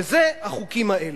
וזה החוקים האלה.